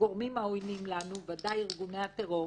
הגורמים העוינים לנו, בוודאי ארגוני הטרור,